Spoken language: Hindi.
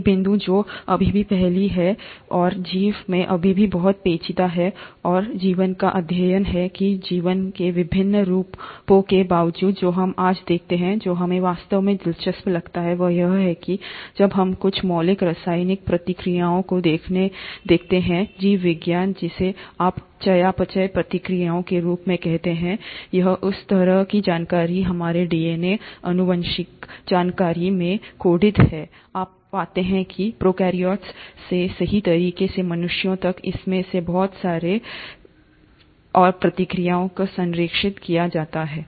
एक बिंदु जो अभी भी पहेली है और जीवन में अभी भी बहुत पेचीदा है और जीवन का अध्ययन है कि जीवन के विभिन्न रूपों के बावजूद जो हम आज देखते हैं जो हमें वास्तव में दिलचस्प लगता है वह यह है कि जब हम कुछ मौलिक रासायनिक प्रतिक्रियाओं को देखते हैं जीव विज्ञान जिसे आप चयापचय प्रतिक्रियाओं के रूप में कहते हैं या जिस तरह से जानकारी हमारे डीएनए आनुवांशिक जानकारी में कोडित है आप पाते हैं कि प्रोकैरियोट्स से सही तरीके से मनुष्यों तक इनमें से बहुत सारे informations और प्रक्रियाओं को संरक्षित किया जाता है